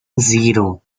zero